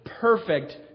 perfect